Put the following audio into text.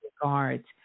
regards